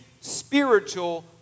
spiritual